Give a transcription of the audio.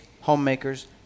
homemakers